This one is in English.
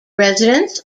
residents